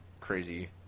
crazy